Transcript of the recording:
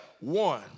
one